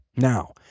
Now